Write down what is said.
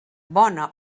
bona